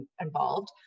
involved